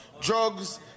drugs